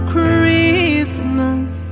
Christmas